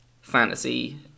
fantasy